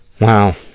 Wow